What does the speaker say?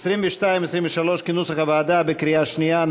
בקריאה שנייה.